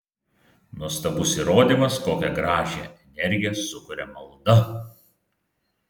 nuostabus įrodymas kokią gražią energiją sukuria malda